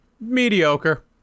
mediocre